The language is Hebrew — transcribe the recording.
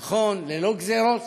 נכון, ללא גזירות,